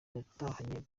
yatahanye